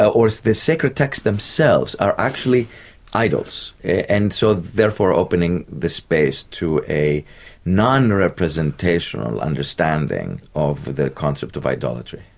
ah or the sacred texts themselves are actually idols, and so therefore opening the space to a non-representational understanding of the concept of idolatry.